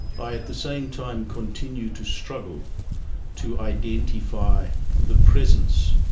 i, at the same time, continue to struggle to identify the presence